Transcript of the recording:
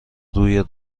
روی